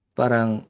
parang